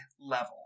level